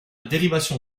dérivation